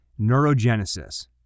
neurogenesis